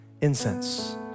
incense